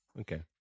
Okay